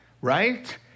right